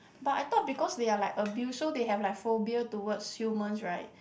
but I thought because they are like abuse so they have like phobia towards human right